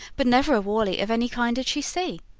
but never a worley of any kind did she see.